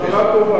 התחלה טובה.